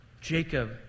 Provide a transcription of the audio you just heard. Jacob